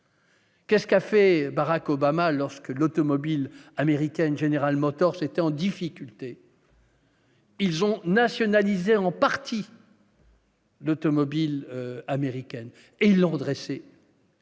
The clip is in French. Qu'est-ce qu'a fait Barack Obama lorsque l'automobile américain General Motors était en difficulté. Ils ont nationalisé en partie. L'automobile américaine et-il redresser.